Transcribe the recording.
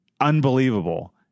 unbelievable